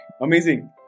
Amazing